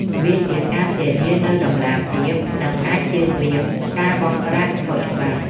វាជាការធានានូវតម្លាភាព និងអាចជៀសវាងការបង់ប្រាក់ខុសច្បាប់។